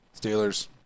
Steelers